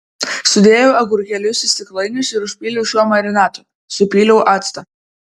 sudėjau agurkėlius į stiklainius ir užpyliau šiuo marinatu supyliau actą